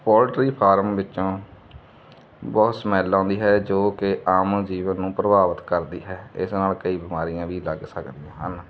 poultry farm ਵਿੱਚੋਂ ਬਹੁਤ smell ਆਉਂਦੀ ਹੈ ਜੋ ਕਿ ਆਮ ਜੀਵਨ ਨੂੰ ਪ੍ਰਭਾਵਿਤ ਕਰਦੀ ਹੈ ਇਸ ਨਾਲ ਕਈ ਬਿਮਾਰੀਆਂ ਵੀ ਲੱਗ ਸਕਦੀਆਂ ਹਨ